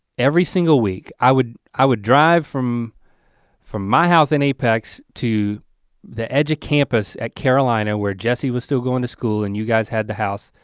every single week i would i would drive from from my house in apex to the edge campus at carolina where jessie was still going to school and you guys had the house.